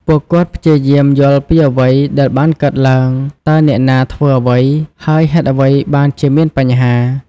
ពួកគាត់ព្យាយាមយល់ពីអ្វីដែលបានកើតឡើង តើអ្នកណាធ្វើអ្វី ហើយហេតុអ្វីបានជាមានបញ្ហា។